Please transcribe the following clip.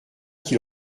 qu’il